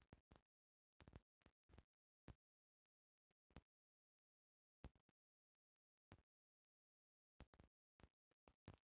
भेड़िहार, भेड़सन के चरावे खातिर चरागाह में ले जालन अउरी अपना देखरेख में भेड़सन के चारावेलन